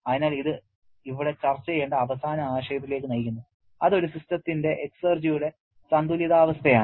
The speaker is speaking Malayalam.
അതിനാൽ ഇത് ഇവിടെ ചർച്ച ചെയ്യേണ്ട അവസാന ആശയത്തിലേക്ക് നയിക്കുന്നു അത് ഒരു സിസ്റ്റത്തിന്റെ എക്സർജിയുടെ സന്തുലിതാവസ്ഥയാണ്